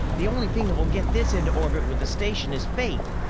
the only thing that will get this into orbit with the station is faith.